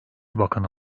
bakanı